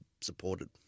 supported